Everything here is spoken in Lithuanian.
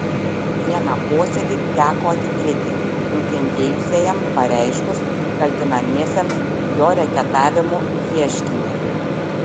vieną posėdį teko atidėti nukentėjusiajam pareiškus kaltinamiesiems jo reketavimu ieškinį